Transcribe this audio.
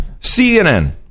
CNN